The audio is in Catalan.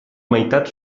meitat